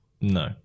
no